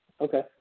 Okay